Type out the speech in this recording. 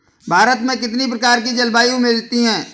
भारत में कितनी प्रकार की जलवायु मिलती है?